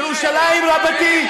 ירושלים רבתי.